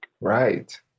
Right